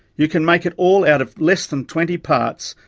you can make it all out of less than twenty parts,